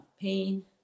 pain